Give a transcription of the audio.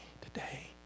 today